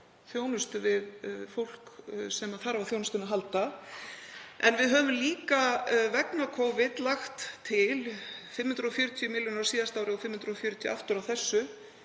þjónustu við fólk sem þarf á þjónustunni að halda. En við höfum líka vegna Covid lagt til 540 milljónir á síðasta ári og 540 aftur á þessu